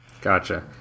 Gotcha